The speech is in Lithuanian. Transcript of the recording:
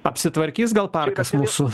apsitvarkys gal parkas mūsų